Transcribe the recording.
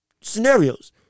scenarios